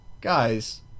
guys